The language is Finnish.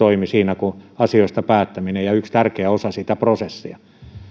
valtiopäivätoimi siinä kuin asioista päättäminen ja yksi tärkeä osa sitä prosessia